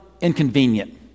inconvenient